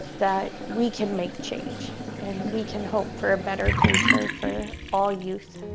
that we can make change, and we can hope for a better future for all youth.